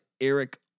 Eric